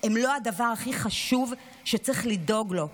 היא לא הדבר הכי חשוב שצריך לדאוג לו,